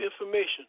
information